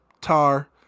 Tar